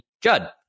Judd